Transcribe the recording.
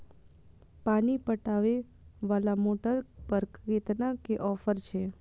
पानी पटवेवाला मोटर पर केतना के ऑफर छे?